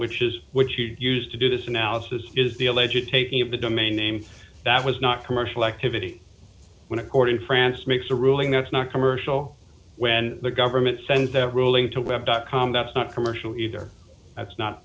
which is what you used to do this analysis is the alleged taking of the domain name that was not commercial activity when according to france makes a ruling that's not commercial when the government sends their ruling to web dot com that's not commercial either that's not